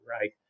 right